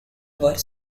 were